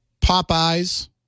Popeye's